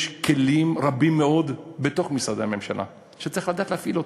יש בתוך משרדי הממשלה כלים רבים מאוד וצריך לדעת להפעיל אותם.